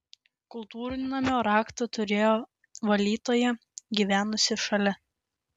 kultūrnamio raktą turėjo valytoja gyvenusi šalia